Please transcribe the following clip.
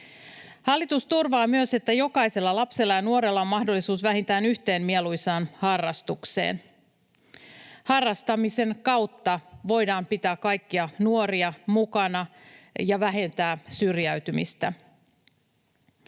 Hallitus turvaa myös, että jokaisella lapsella ja nuorella on mahdollisuus vähintään yhteen mieluisaan harrastukseen. Harrastamisen kautta voidaan pitää kaikkia nuoria mukana ja vähentää syrjäytymistä.